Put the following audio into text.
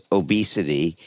obesity